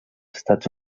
estats